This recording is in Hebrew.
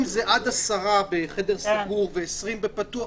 אם זה עד עשרה בחדר סגור ו-20 בפתוח,